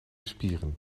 spieren